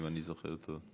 אם אני זוכר נכון.